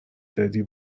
دادی